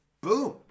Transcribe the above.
boom